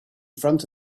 front